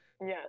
Yes